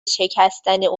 شکستن